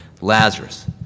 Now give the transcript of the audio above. Lazarus